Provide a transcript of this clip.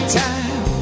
time